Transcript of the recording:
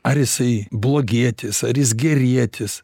ar jisai blogietis ar jis gerietis